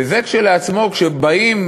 וזה כשלעצמו פוגע, כשבאים